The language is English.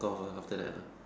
off ah after that lah